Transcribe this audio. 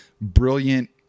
brilliant